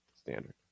Standard